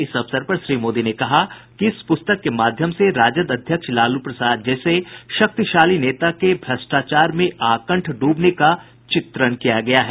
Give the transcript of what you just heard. इस अवसर पर श्री मोदी ने कहा कि इस प्रस्तक के माध्यम से राजद अध्यक्ष लालू प्रसाद जैसे शक्तिशाली नेता के भ्रष्टाचार में आकंठ डूबने का चित्रण किया गया है